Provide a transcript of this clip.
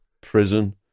prison